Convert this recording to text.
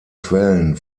quellen